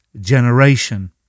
generation